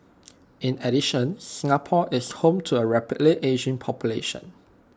in addition Singapore is home to A rapidly ageing population